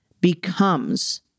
becomes